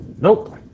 Nope